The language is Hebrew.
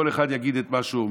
כל אחד יגיד את מה שהוא אומר,